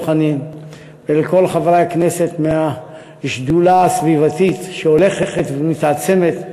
חנין ולכל חברי הכנסת מהשדולה הסביבתית שהולכת ומתעצמת,